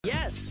Yes